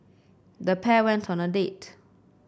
the pair went on a date